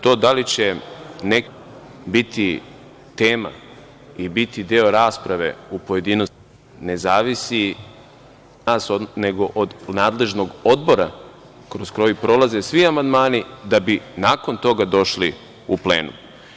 To da li će neki amandman biti tema i biti deo rasprave u pojedinostima ne zavisi od nas, nego od nadležnog odbora kroz koji prolaze svi amandmani da bi nakon toga došli u plenum.